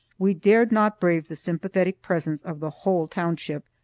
we dared not brave the sympathetic presence of the whole township,